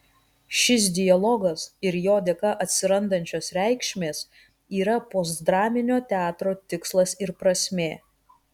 šis dialogas ir jo dėka atsirandančios reikšmės yra postdraminio teatro tikslas ir prasmė